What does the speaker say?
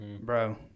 bro